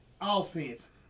offense